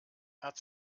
hat